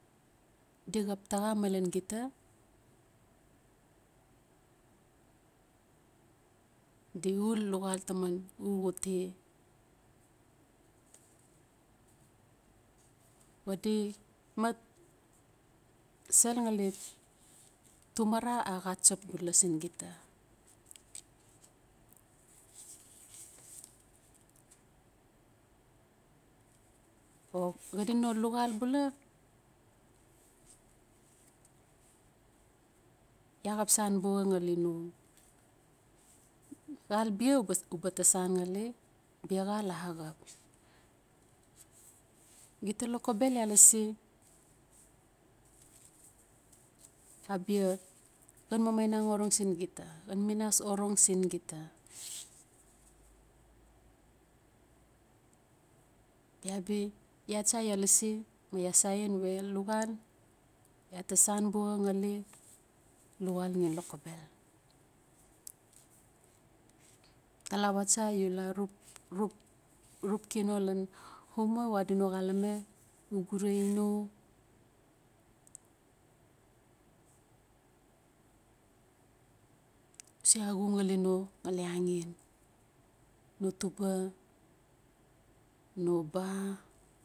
Di xap taxa malen gita di ul luxal taman xuxute xadi mat sel ngali tumasra a xacep bula sin gita o xadi no luxal bula, ya xap san buxa ngali no. Xal bia uba ta san ngali bia xal axap. Gita loxobel ya lasi abia xan mamainang oreng sin gita xanminas orong sin gita bia bi ya cha ya lasi ma yasaen we luxal ya ta san buxa ngali luxal xen lokobel. Talawa cha yu la ruprup rupki no lan uma u adi no ngali axen no tuba, no pa